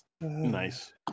Nice